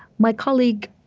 my colleague